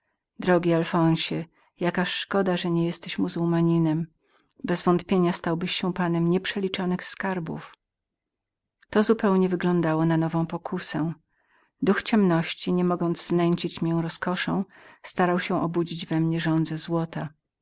drogi alfonsie jaka szkoda że nie jesteś muzułmanem bezwątpienia stałbyś się panem nieprzeliczonych skarbów to zupełnie wyglądało na nową pokusę duch ciemności nie mogąc znęcić mnie rozkoszą starał się obudzić we mnie żądzę złota